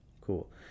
Cool